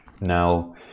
now